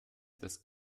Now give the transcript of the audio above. das